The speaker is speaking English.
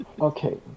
Okay